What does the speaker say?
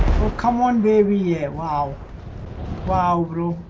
come one day be a while wild rose